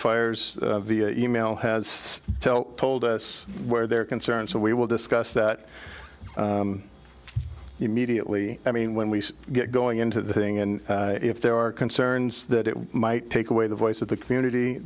testifiers via e mail has tell told us where they're concerned so we will discuss that immediately i mean when we get going into the thing and if there are concerns that it might take away the voice of the community